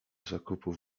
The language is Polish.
zakupów